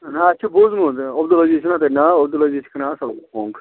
نہَ اَسہِ چھُ بوٗزمُت عبد العزیٖز چھُناہ تۄہہِ ناو عبدالعزیٖز چھُ کٕنان اَصٕل کۄنٛگ